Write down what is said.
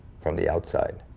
from the outside.